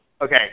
okay